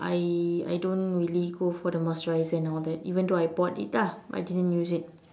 I I don't really go for the moisturizer and all that even though I bought it ah but I didn't use it